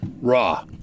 Raw